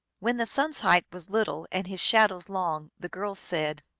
when the sun s height was little and his shadows long, the girl said,